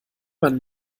man